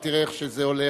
אבל תראה איך שזה הולך.